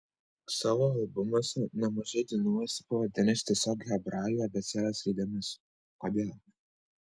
savo albumuose nemažai dainų esi pavadinęs tiesiog hebrajų abėcėlės raidėmis kodėl